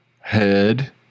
Head